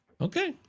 Okay